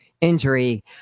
injury